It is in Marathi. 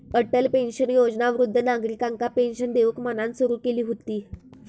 अटल पेंशन योजना वृद्ध नागरिकांका पेंशन देऊक म्हणान सुरू केली हुती